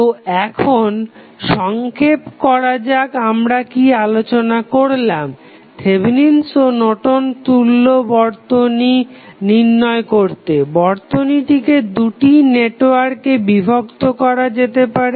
তো এখন সংক্ষেপ করা যাক আমরা কি আলোচনা করলাম থেভেনিন'স ও নর্টন'স তুল্য Thevenins and Nortons equivalent বর্তনী নির্ণয় করতে বর্তনীটিকে দুটি নেটওয়ার্কে বিভক্ত করা যেতে পারে